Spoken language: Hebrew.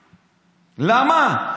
למה?